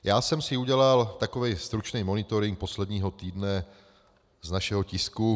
Já jsem si udělal takový stručný monitoring posledního týdne z našeho tisku.